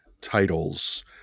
titles